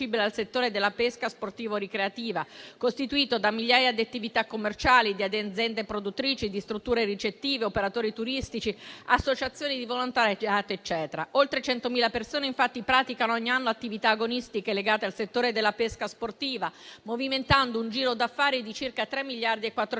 al settore della pesca sportivo-ricreativa, costituito da migliaia di attività commerciali, di aziende produttrici, di strutture ricettive, operatori turistici, associazioni di volontariato, eccetera. Oltre 100.000 persone, infatti, praticano ogni anno attività agonistiche legate al settore della pesca sportiva, movimentando un giro d'affari di circa 3,4 miliardi di euro.